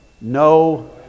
no